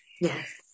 Yes